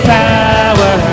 power